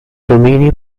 domini